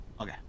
Okay